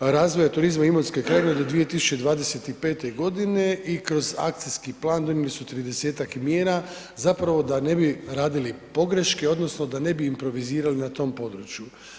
razvoja turizma Imotske krajine do 2025.g. i kroz akcijski plan donijeli su 30-tak mjera zapravo da ne bi radili pogreške odnosno da ne bi improvizirali na tom području.